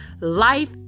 life